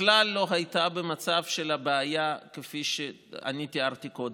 בכלל לא הייתה במצב של הבעיה כפי שאני תיארתי קודם,